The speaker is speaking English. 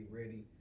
ready